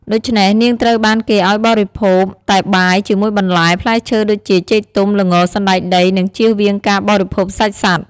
ដូច្នេះ នាងត្រូវបានគេឱ្យបរិភោគតែបាយជាមួយបន្លែ ផ្លែឈើ ដូចជា ចេកទុំ ល្ង សណ្តែកដី និងជៀសវាងការបរិភោគសាច់សត្វ។